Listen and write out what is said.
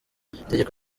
itegeko